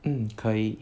mm 可以